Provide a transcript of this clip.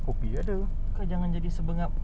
janganlah jangan power nap